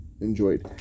enjoyed